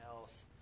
else